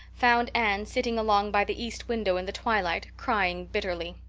found anne sitting along by the east window in the twilight, crying bitterly.